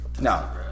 No